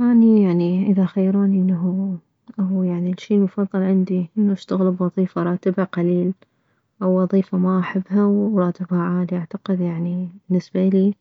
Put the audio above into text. اني يعني اذا خيروني انه او يعني الشي المفضل عندي انه اشتغل بوظيفة راتبها قليل او وظيفة ما احبها وراتبها عالي اعتقد يعني بالنسبة الي